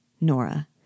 Nora